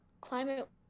Climate